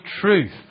truth